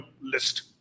list